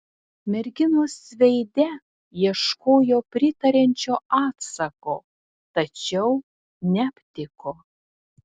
merginos veide ieškojo pritariančio atsako tačiau neaptiko